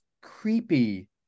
creepy